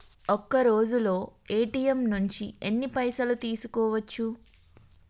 ఒక్కరోజులో ఏ.టి.ఎమ్ నుంచి ఎన్ని పైసలు తీసుకోవచ్చు?